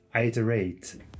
iterate